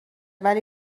ولی